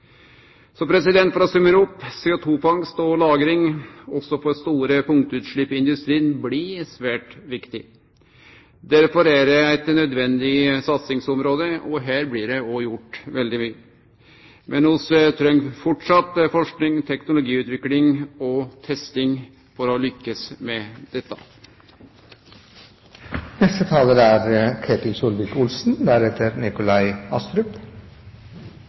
For å summere opp: CO2-fangst og -lagring også på store punktutslepp i industrien blir svært viktig. Derfor er det eit nødvendig satsingsområde, og her blir det òg gjort veldig mykje. Men vi treng framleis forsking, teknologiutvikling og testing for å lykkast med